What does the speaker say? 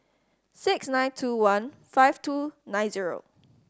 six nine two one five two nine zero